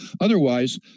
Otherwise